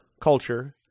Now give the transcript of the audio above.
culture